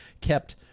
kept